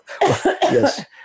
Yes